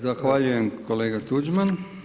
Zahvaljujem kolega Tuđman.